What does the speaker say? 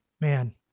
Man